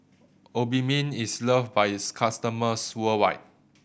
Obimin is loved by its customers worldwide